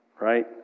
Right